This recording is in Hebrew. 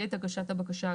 בעת הגשת הבקשה,